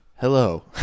hello